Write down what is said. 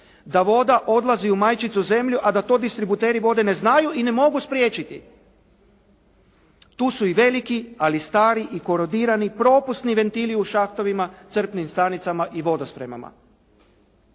da voda odlazi u majčicu zemlju a da to distributeri vode neznaju i ne mogu spriječiti. Tu su i veliki, ali stari i korodirani propusni ventili u šahtovima, crpnim stanicama i vodospremama.